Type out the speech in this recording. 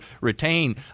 retain